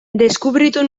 deskubritu